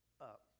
up